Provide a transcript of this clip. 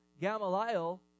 Gamaliel